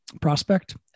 prospect